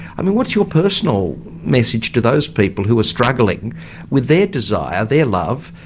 i mean what's your personal message to those people who are struggling with their desire, their love?